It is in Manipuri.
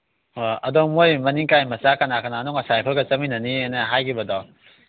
ꯑꯥ ꯑꯗꯣ ꯃꯣꯏ ꯃꯅꯤꯡꯀꯥꯏ ꯃꯆꯥ ꯀꯅꯥ ꯀꯅꯥꯅꯣ ꯉꯁꯥꯏ ꯑꯩꯈꯣꯏꯒ ꯆꯠꯃꯤꯟꯅꯅꯤꯅ ꯍꯥꯏꯈꯤꯕꯗꯣ